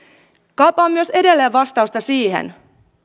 kaipaan myös edelleen vastausta siihen